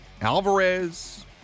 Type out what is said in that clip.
Alvarez